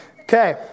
Okay